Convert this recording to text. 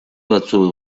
batzuek